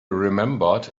remembered